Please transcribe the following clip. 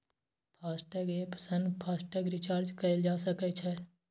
FASTag app सं FASTag recharge कैल जा सकै छै